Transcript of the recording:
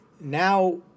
now